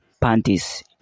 panties